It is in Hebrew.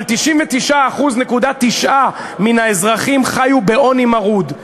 אבל 99.9% מן האזרחים חיו בעוני מרוד.